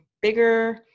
bigger